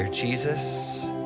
Jesus